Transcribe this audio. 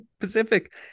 Pacific